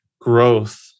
growth